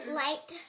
light